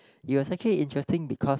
it was actually interesting because